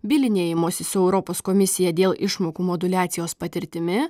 bylinėjimosi su europos komisija dėl išmokų moduliacijos patirtimi